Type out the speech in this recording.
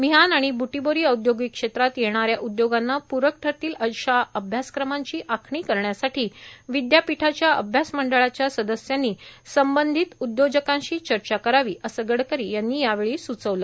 मिहान आणि ब्टीबोरी औद्योगिक क्षेत्रात येणाऱ्या उद्योगांना प्रक ठरतील अशा अभ्यासक्रमांची आखणी करण्यासाठी विघापीठाच्या अभ्यास मंडळाच्या सदस्यांनी सबंधित उद्योजकांशी चर्चा करावी असं गडकरी यांनी यावेळी सुचवलं